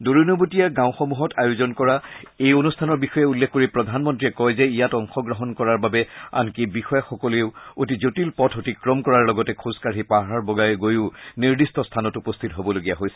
দূৰণিবতিয়া গাঁওসমূহত আয়োজন কৰা এই অনুষ্ঠানৰ বিষয়ে উল্লেখ কৰি প্ৰধানমন্ত্ৰীয়ে কয় যে ইয়াত অংশগ্ৰহণ কৰাৰ বাবে আনকি বিষয়াসকলেও অতি জটিল পথ অতিক্ৰম কৰাৰ লগতে খোজকাঢ়ি পাহাৰ বগাই গৈয়ো নিৰ্দিষ্ট স্থানত উপস্থিত হ'বলগীয়া হৈছিল